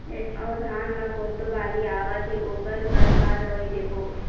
अऊ धान म कोमटो बाली आवत हे ओकर बर का दवई देबो?